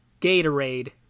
Gatorade